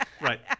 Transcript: Right